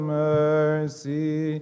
mercy